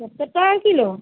সত্তর টাকা কিলো